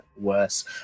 worse